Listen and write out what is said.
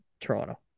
Toronto